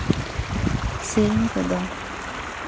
ᱥᱮᱨᱮᱧ ᱠᱚᱫᱚ